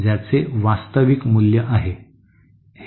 ज्याचे वास्तविक मूल्य आहे